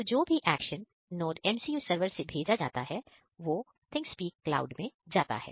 तो जो भी एक्शन NodeMCU सरवर से भेजा जाता है जो थिंगस्पीक क्लाउड में जाता है